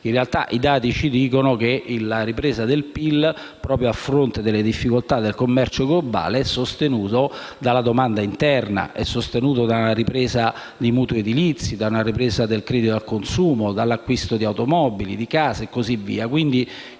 In realtà i dati ci dicono che la ripresa del PIL, proprio a fronte delle difficoltà del commercio globale, è sostenuta dalla domanda interna, dalla ripresa dei mutui edilizi, del credito al consumo, dall'acquisto di automobili, di case e così via.